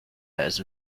has